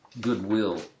goodwill